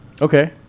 okay